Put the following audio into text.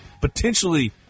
potentially